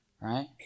right